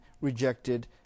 rejected